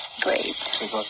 great